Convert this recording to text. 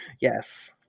Yes